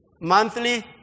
Monthly